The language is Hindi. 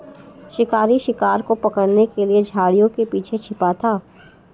शिकारी शिकार को पकड़ने के लिए झाड़ियों के पीछे छिपा था